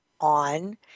on